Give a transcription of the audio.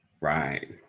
Right